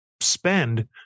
spend